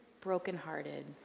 brokenhearted